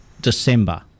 December